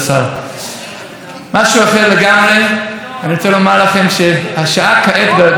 אני רוצה לומר לכם שהשעה כעת באוסטרליה היא 05:00 אבל בדקות